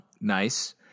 Nice